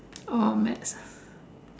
oh maths